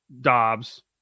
Dobbs